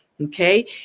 Okay